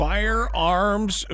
Firearms